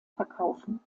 verkaufen